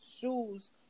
shoes